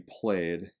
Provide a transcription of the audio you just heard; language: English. played –